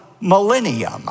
millennium